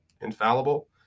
infallible